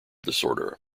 disorder